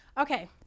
Okay